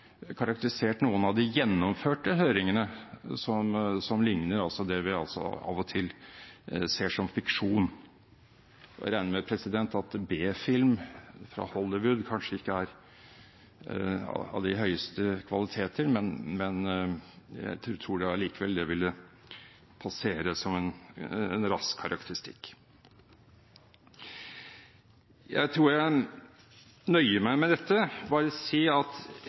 karakterisert noen av de gjennomførte høringene som noe som likner det vi av og til ser som fiksjon. Jeg regner med at B-film fra Hollywood kanskje ikke er av de høyeste kvaliteter, men jeg tror allikevel det vil passere som en rask karakteristikk. Jeg tror jeg nøyer meg med dette. Jeg vil bare si,